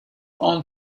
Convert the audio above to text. aunt